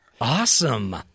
Awesome